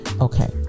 okay